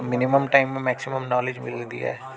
त minimum time में maximum knowledge मिलंदी आहे